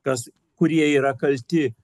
kas kurie yra kalti